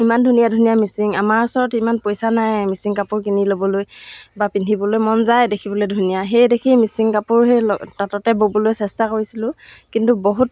ইমান ধুনীয়া ধুনীয়া মিচিং আমাৰ ওচৰত ইমান পইচা নাই মিচিং কাপোৰ কিনি ল'বলৈ বা পিন্ধিবলৈ মন যায় দেখিবলৈ ধুনীয়া সেয়ে দেখি মিচিং কাপোৰ সেই ল' তাঁততে ব'বলৈ চেষ্টা কৰিছিলোঁ কিন্তু বহুত